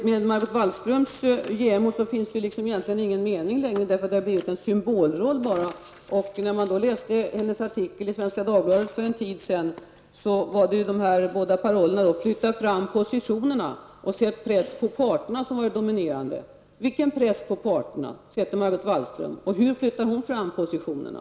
Med Margot Wallströms JämO finns det inte någon mening längre med ämbetet. Det har blivit en symbolroll. I Margot Wallströms artikel i Svenska Dagbladet för en tid sedan hade hon med parollerna Flytta fram positionerna och Sätt press på parterna som var dominerande. Vilken press på parterna sätter Margot Wallström? Hur flyttar hon fram positionerna?